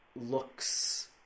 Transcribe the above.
looks